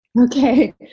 Okay